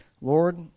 Lord